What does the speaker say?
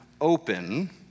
open